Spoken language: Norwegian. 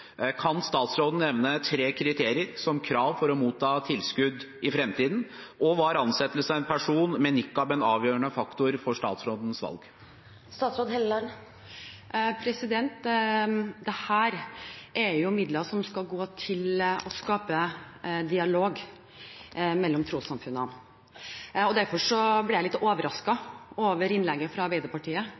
Kan statsråden nevne tre kriterier som skal være krav for å motta tilskudd i framtiden, og var ansettelsen av en person med nikab en avgjørende faktor for statsrådens valg? Dette er midler som skal gå til å skape dialog mellom trossamfunnene. Derfor ble jeg litt overrasket over innlegget fra Arbeiderpartiet